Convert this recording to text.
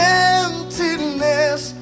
emptiness